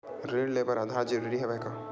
ऋण ले बर आधार जरूरी हवय का?